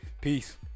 Peace